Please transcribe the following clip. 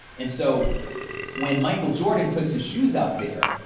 and so when michael jordan puts his shoes out there,